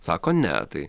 sako ne tai